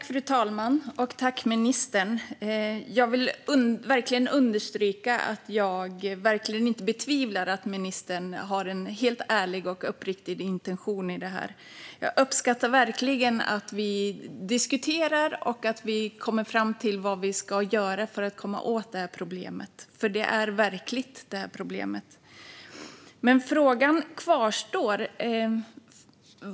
Fru talman! Jag vill verkligen understryka att jag inte betvivlar att ministern har en helt ärlig och uppriktig intention i frågan. Jag uppskattar att vi diskuterar och kan komma fram till vad vi ska göra för att komma åt problemet, för problemet är verkligt. Men frågan kvarstår.